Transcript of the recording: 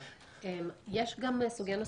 יש גם סוגיה נוספת,